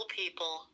people